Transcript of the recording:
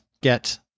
get